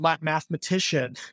mathematician